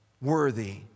worthy